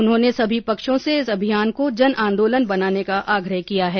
उन्होंने सभी पक्षों से इस अभियान को जन आंदोलन बनाने का आग्रह किया है